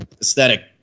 aesthetic